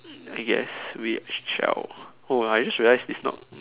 I guess we shall oh I just realized it's not